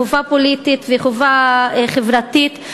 חובה פוליטית וחובה חברתית.